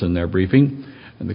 in their briefing and the